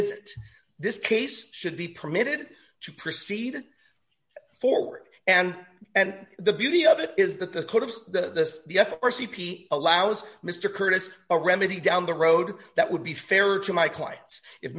is this case should be permitted to proceed forward and and the beauty of it is that the court of the f r c p allows mr curtis a remedy down the road that would be fair to my clients i